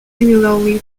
similarly